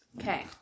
Okay